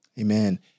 Amen